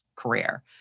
Career